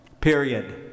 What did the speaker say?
period